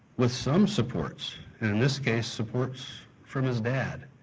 with some supports, in this case, supports from his dad.